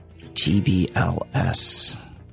TBLS